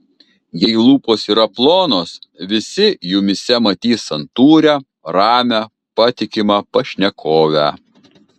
jei lūpos yra plonos visi jumyse matys santūrią ramią patikimą pašnekovę